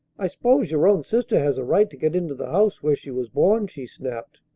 i s'pose your own sister has a right to get into the house where she was born, she snapped.